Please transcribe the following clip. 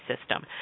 system